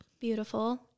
Beautiful